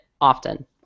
often